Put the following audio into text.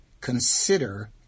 Consider